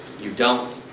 you don't.